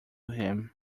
him